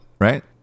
right